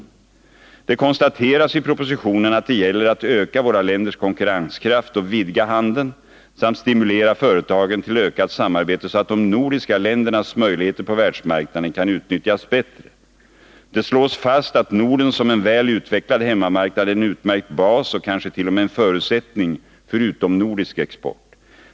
Nr 148 Det konstateras i propositionen att det gäller att öka våra länders konkurrenskraft och vidga handeln, samt stimulera företagen till ökat samarbete så att de nordiska ländernas möjligheter på världsmarknaden kan utnyttjas bättre. Det slås fast att Norden som en väl utvecklad hemmamarknad är en utmärkt bas och kanske t.o.m. en förutsättning för utomnordisk export.